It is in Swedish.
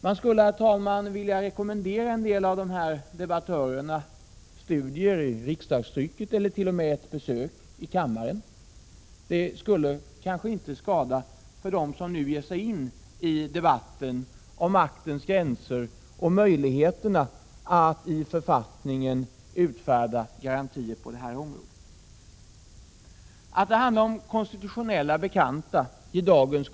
Man skulle, herr talman, vilja rekommendera en del av dessa debattörer studier i riksdagstrycket eller t.o.m. ett besök i kammaren. Det skulle kanske inte skada för dem som nu ger sig in i debatten om maktens gränser och möjligheterna att i författning utfärda garantier på detta område. Dagens KU-betänkande ger klart besked om att det handlar om konstitutionella gamla bekanta.